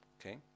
okay